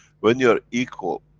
when you're equal,